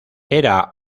era